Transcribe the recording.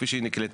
כפי שהיא נקלטה